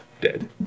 Dead